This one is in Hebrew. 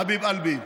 חביב אלבי.